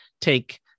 take